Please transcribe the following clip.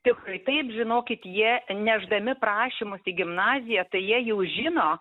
tikrai taip žinokit jie nešdami prašymus į gimnaziją tai jie jau žino